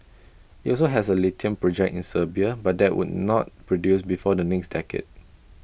IT also has A lithium project in Serbia but that will not produce before the next decade